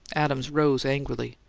adams rose angrily.